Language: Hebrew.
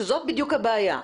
שזאת בדיוק הבעיה,